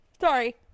Sorry